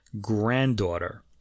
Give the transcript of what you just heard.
granddaughter